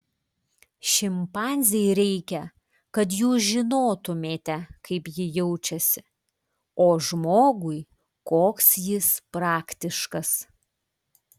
šimpanzei reikia kad jūs žinotumėte kaip ji jaučiasi o žmogui koks jis praktiškas